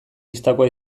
bistakoa